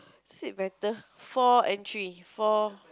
is it better four and three four